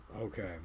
Okay